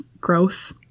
growth